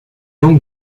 langue